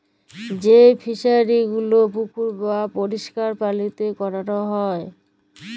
যেই ফিশারি গুলো পুকুর বাপরিষ্কার পালিতে ক্যরা হ্যয়